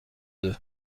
deux